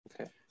okay